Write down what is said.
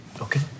Okay